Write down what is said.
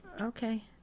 okay